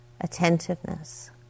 attentiveness